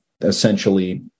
essentially